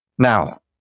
Now